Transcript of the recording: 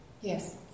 Yes